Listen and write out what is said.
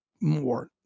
more